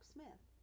Smith